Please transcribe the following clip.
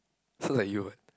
sounds like you eh